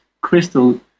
crystal